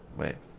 wait